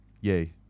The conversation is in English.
yay